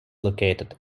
located